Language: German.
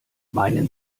meinen